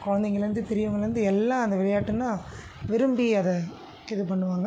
குழந்தைங்கள்லேருந்து பெரியவங்கள்லேருந்து எல்லாம் அந்த விளையாட்டுன்னால் விரும்பி அதை இது பண்ணுவாங்கள்